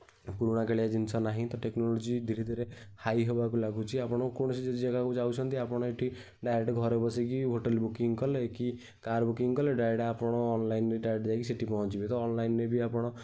ପୁରୁଣା କାଳିଆ ଜିନିଷ ନାହିଁ ତ ଟେକ୍ନୋଲୋଜି ଧିରେ ଧିରେ ହାଇ ହେବାକୁ ଲାଗୁଛି ଆପଣ କୌଣସି ଜାଗାକୁ ଯାଉଛନ୍ତି ଆପଣ ଏଠି ଡାଇରେକ୍ଟ୍ ଘରେ ବସିକି ହୋଟେଲ୍ ବୁକିଂ କଲେ କି କାର୍ ବୁକିଂ କଲେ ଡାଇରେକ୍ଟ୍ ଆପଣ ଅନଲାଇନ୍ରେ ଡାଇରେକ୍ଟ୍ ଯାଇକି ସେଠି ପହଞ୍ଚିବେ ତ ଅନଲାଇନ୍ରେ ବି ଆପଣ